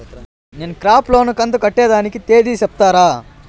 నేను crop loan కంతు కట్టేదానికి తేది సెప్తారా?